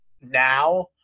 now